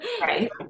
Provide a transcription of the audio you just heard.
Right